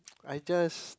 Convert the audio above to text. I just